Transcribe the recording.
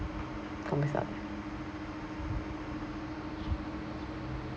time's up